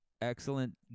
Excellent